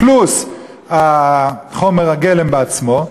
פלוס חומר הגלם עצמו,